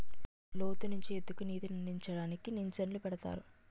లోతు నుంచి ఎత్తుకి నీటినందించడానికి ఇంజన్లు పెడతారు